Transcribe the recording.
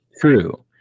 true